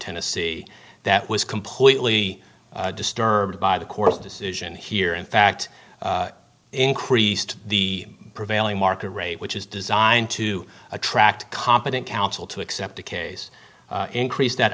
tennessee that was completely disturbed by the court's decision here in fact increased the prevailing market rate which is designed to attract competent counsel to accept a case increase that